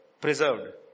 Preserved